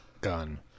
Gun